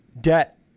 debt